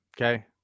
okay